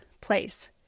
place